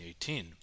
2018